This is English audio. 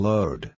Load